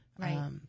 right